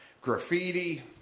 Graffiti